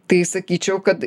tai sakyčiau kad